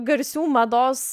garsių mados